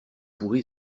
pourri